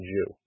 Jew